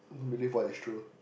don't believe what is true